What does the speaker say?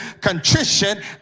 contrition